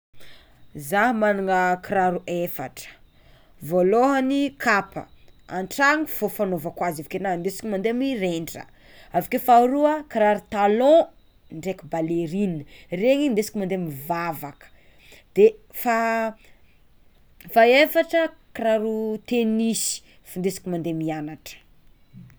Zah magnana kiraro efatra: voalohany kapa an-tragno fô fanaovako azy avakeo na andesiko mande mirendra, avekeo faharoa kiraro talon ndraiky balleriny regny hindesiko mande mivavaka de faha- faefatra kiraro tenisy findesiko mande mianatra.